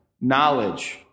knowledge